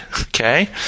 okay